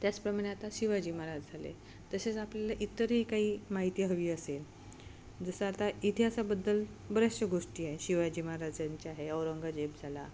त्याचप्रमाणे आता शिवाजी महाराज झाले तसेच आपल्याला इतरही काही माहिती हवी असेल जसं आता इतिहासाबद्दल बऱ्याचशा गोष्टी आहे शिवाजी महाराजांच्या आहे औरंगजेब झाला